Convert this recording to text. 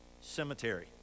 Cemetery